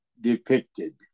depicted